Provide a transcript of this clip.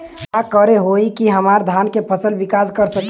का करे होई की हमार धान के फसल विकास कर सके?